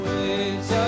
Waves